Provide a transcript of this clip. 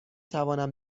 توانم